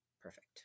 perfect